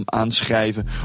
aanschrijven